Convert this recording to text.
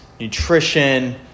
nutrition